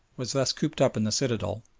was thus cooped up in the citadel,